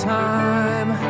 time